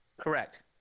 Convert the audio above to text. Correct